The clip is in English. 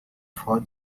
for